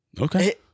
Okay